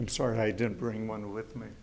i'm sorry i didn't bring one with me